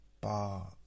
bar